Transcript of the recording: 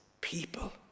people